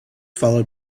followed